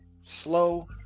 Slow